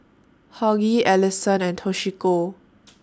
Hughie Allison and Toshiko